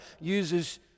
uses